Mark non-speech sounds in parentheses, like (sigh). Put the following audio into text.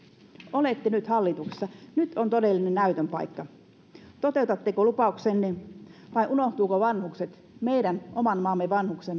olette nyt hallituksessa nyt on todellinen näytön paikka toteutatteko lupauksenne vai unohtuvatko vanhukset meidän oman maamme vanhukset (unintelligible)